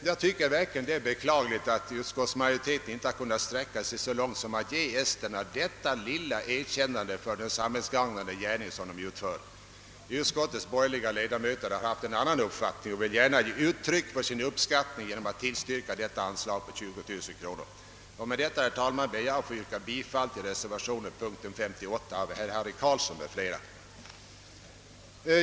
Jag tycker verkligen att det är beklagligt att utskottsmajoriteten inte kunnat sträcka sig så långt som till att ge esterna detta lilla erkännande för den samhällsgagnande gärning de utför. Utskottets borgerliga ledamöter har haft en annan uppfattning och vill gärna ge uttryck för sin uppskattning genom att tillstyrka detta anslag på 20000 kronor. Med detta, herr talman, ber jag att få yrka bifall till reservationen vid punkt 58 av herr Harry Carlsson m.fl.